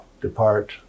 depart